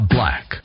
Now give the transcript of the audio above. Black